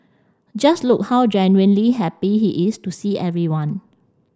just look how genuinely happy he is to see everyone